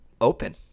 open